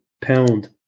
pound